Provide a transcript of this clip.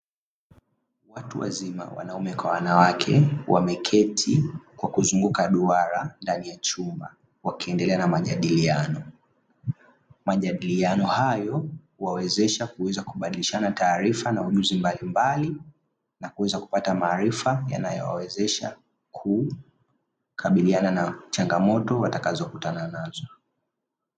Watu wazima wanaume kwa wanawake wameketi kwa kuzunguka duara ndani ya chumba, wakiendelea na majadiliano. Majadiliano hayo huwawezesha kuweza kubadilishana taarifa na ujuzi mbalimbali na kuweza kuoata maarifa, yanayowawezesha kukabiliana changamato watakazokutana nazo.